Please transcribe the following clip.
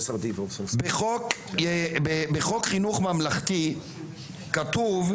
בחוק חינוך ממלכתי כתוב,